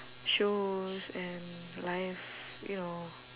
shows and live you know